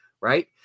right